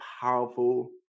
powerful